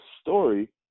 story